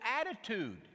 attitude